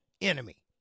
Enemy